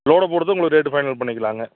லோடை பொறுத்து உங்களுக்கு ரேட்டு ஃபைனல் பண்ணிக்கலாங்க